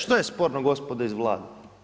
Što je sporno gospodo iz Vlade?